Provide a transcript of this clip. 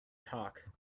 talk